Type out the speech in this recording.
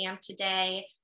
today